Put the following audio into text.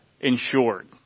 insured